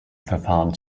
verfahren